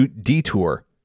detour